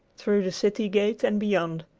through the city gate and beyond,